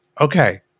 Okay